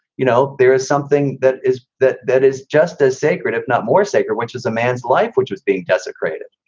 you know, there is something that is that that is just as sacred, if not more sacred, which is a man's life which was being desecrated.